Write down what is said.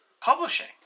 publishing